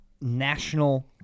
national